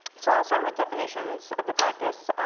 so i'll start with definitions of the practice.